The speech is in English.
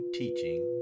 teaching